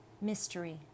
Mystery